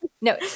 no